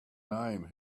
name